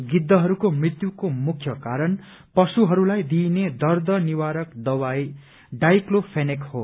गिद्धहरूको मृत्युको मुख्य कारण पशुहरूलाई दिइने दर्द निवारक दवाई डाइक्लोफेनेक हो